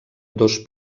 dos